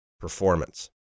performance